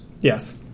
Yes